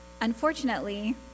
Unfortunately